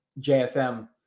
JFM